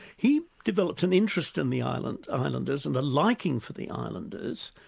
he developed an interest in the islanders islanders and a liking for the islanders,